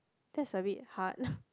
that's a bit hard